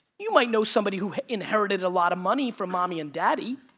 you might know somebody who inherited a lot of money from mommy and daddy.